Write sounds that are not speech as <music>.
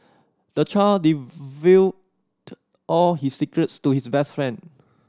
the child <unintelligible> all his secrets to his best friend